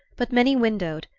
but many-windowed,